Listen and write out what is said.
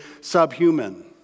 subhuman